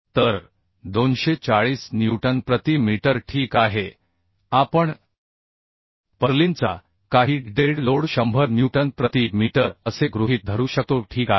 तर 240 न्यूटन प्रति मीटर ठीक आहे आपण पर्लिनचा काही डेड लोड 100 न्यूटन प्रति मीटर असे गृहीत धरू शकतो ठीक आहे